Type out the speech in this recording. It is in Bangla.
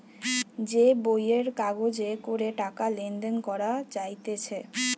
যে বইয়ের কাগজে করে টাকা লেনদেন করা যাইতেছে